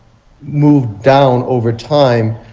moved down over time.